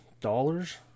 dollars